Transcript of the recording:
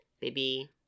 Baby